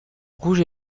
rouge